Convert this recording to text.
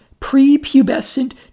prepubescent